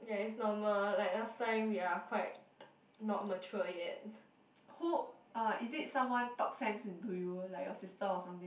who uh is it someone talk sense to you like your sister or something